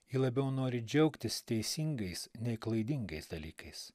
ji labiau nori džiaugtis teisingais nei klaidingais dalykais